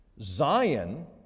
Zion